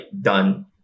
done